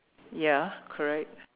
ya correct